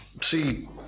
See